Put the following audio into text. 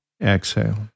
exhale